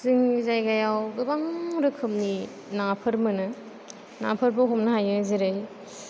जोंनि जागायाव गोबां रोखोमनि नाफोर मोनो नाफोरबो हमनो हायो जेरै